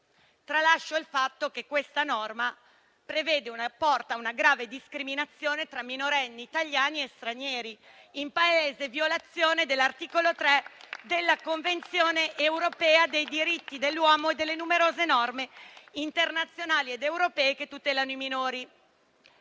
Tralascio il fatto che questa norma porta a una grave discriminazione tra minorenni italiani e stranieri, in palese violazione dell'articolo 3 della Convenzione europea dei diritti dell'uomo e delle numerose norme internazionali ed europee che tutelano i minori.